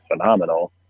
phenomenal